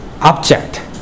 object